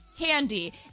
candy